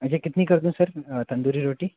अजी कितनी कर दूँ सर तंदूरी रोटी